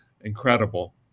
incredible